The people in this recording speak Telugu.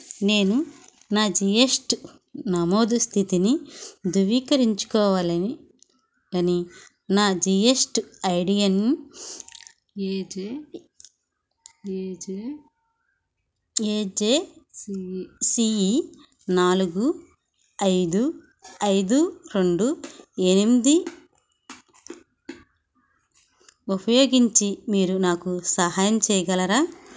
నేను నా జీ ఎస్ టీ నమోదు స్థితిని ధువీకరించుకోవాలని అని నా G S T I D N A J C E నాలుగు ఐదు ఐదు రెండు ఎనిమిది ఉపయోగించి మీరు నాకు సహాయం చేయగలరా